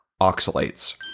oxalates